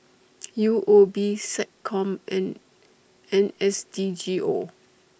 U O B Seccom and N S D G O